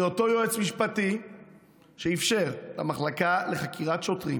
זה אותו יועץ משפטי שאפשר למחלקה לחקירת שוטרים